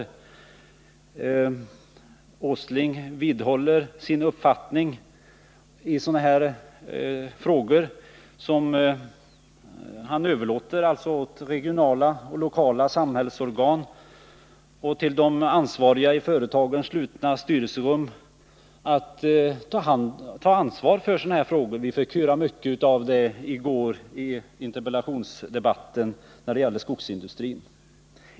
Herr Åsling vidhåller sin uppfattning — han överlåter alltså till regionala och lokala samhällsorgan och till de ansvariga i företagens slutna styrelserum att ta ansvar för sysselsättningen i Lidköping. Vi fick höra samma tankegångar i går i interpellationsdebatten om skogsindustrin.